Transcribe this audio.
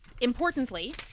importantly